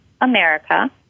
America